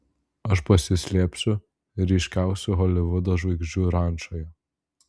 aš pasislėpsiu ryškiausių holivudo žvaigždžių rančoje